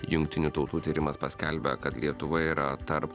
jungtinių tautų tyrimas paskelbė kad lietuva yra tarp